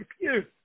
excuse